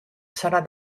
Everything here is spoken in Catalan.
serà